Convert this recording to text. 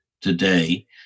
today